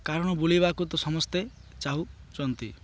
କାରଣ ବୁଲିବାକୁ ତ ସମସ୍ତେ ଚାହୁଁଛନ୍ତି